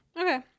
Okay